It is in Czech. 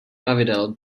pravidel